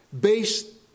based